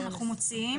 אנחנו מוציאים.